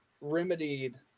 remedied